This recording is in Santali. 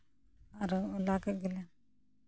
ᱟᱨᱚ ᱞᱟ ᱠᱮᱜ ᱜᱮᱞᱮ